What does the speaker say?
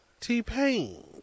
t-pain